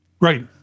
right